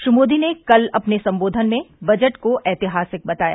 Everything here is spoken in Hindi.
श्री मोदी ने कल अपने सम्बोधन में बजट को ऐतिहासिक बताया